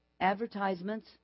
advertisements